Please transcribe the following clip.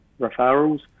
referrals